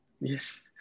Yes